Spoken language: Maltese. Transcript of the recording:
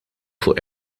fuq